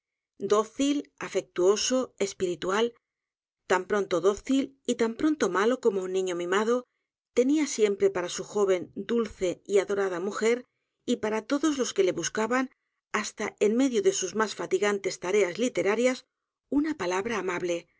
dócil afectuoso espiritual tan pronto dócil y tan pronto malo como un niño mimado tenía siempre p a r a su joven dulce y adorada mujer y p a r a todos los que le buscaban hasta en medio de sus más fatigantes tareas literarias una palabra amable